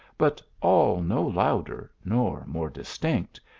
but all no louder, nor more dis tinct,